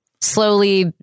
slowly